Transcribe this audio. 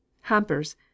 Hampers